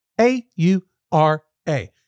A-U-R-A